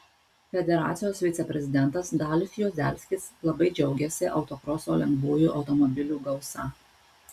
federacijos viceprezidentas dalius juozelskis labai džiaugėsi autokroso lengvųjų automobilių gausa